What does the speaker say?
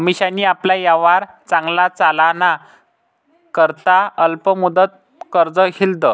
अमिशानी आपला यापार चांगला चालाना करता अल्प मुदतनं कर्ज ल्हिदं